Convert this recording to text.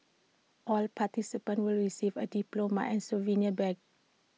all participants will receive A diploma and souvenir badge